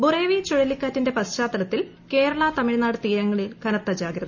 ബുറേവി ചുഴലിക്കാറ്റിന്റെ പശ്ചാത്തലത്തിൽ കേരള തമിഴ്നാട് തീരങ്ങളിൽ കനത്ത ജാഗ്രത